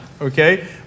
Okay